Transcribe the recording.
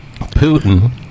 Putin